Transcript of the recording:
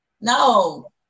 No